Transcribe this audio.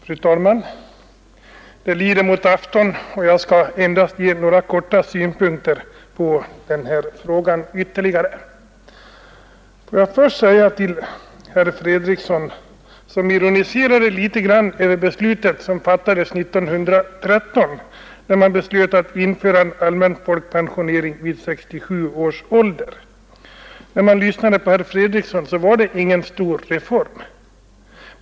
Fru talman! Det lider mot afton, och jag skall endast i korthet anföra ytterligare några synpunkter på den här frågan. Herr Fredriksson ironiserade litet över det beslut som fattades 1913 om allmän folkpensionering vid 67 års ålder. Herr Fredriksson tycktes mena att det inte var någon stor reform.